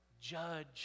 judge